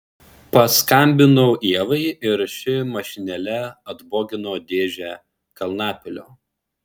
paskambinau ievai ir ši mašinėle atbogino dėžę kalnapilio